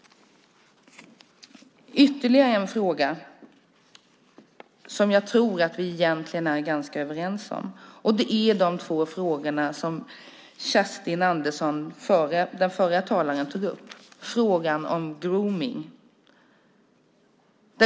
Ytterligare en fråga där jag tror att vi egentligen är ganska överens är den som den förra talaren Kerstin Andersson tog upp, nämligen frågan om grooming .